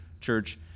church